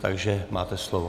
Takže máte slovo.